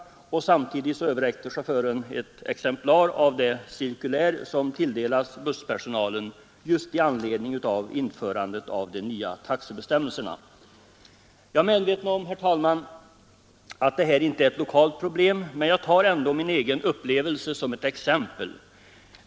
Samtidigt överräckte chauffören ett exemplar av det cirkulär som tilldelats busspersonalen just i anledning av införandet av de nya taxebestämmelserna. Jag är medveten om, herr talman, att det här inte är ett lokalt problem, men jag tar ändå min egen upplevelse som ett exempel.